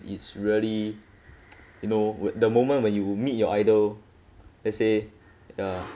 it's really you know what the moment when you meet your idol let's say ya